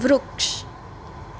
વૃક્ષ